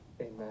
Amen